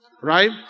Right